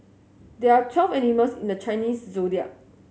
there are twelve animals in the Chinese Zodiac